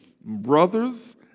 brothers